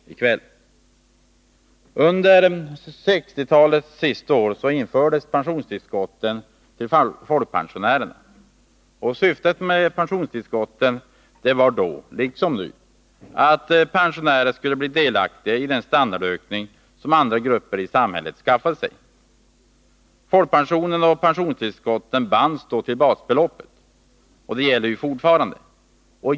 Under 1960-talets sista år infördes pensionstillskotten till folkpensionärer. Syftet med pensionstillskotten var då, liksom nu, att pensionärerna skulle bli delaktiga i den standardökning som andra grupper i samhället skaffade sig. Folkpensionen och pensionstillskotten bands då till basbeloppet. Detta gäller fortfarande.